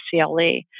CLE